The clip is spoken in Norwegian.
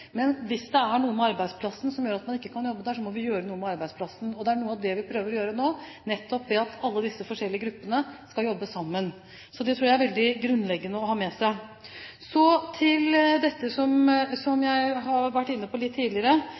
men hvis det er noe med arbeidsplassen som gjør at man ikke kan jobbe der, må vi gjøre noe med arbeidsplassen. Det er noe av det vi prøver å gjøre nå, nettopp ved at alle disse forskjellige gruppene skal jobbe sammen. Det tror jeg er veldig grunnleggende å ha med seg. Så til dette som jeg har vært inne på litt tidligere,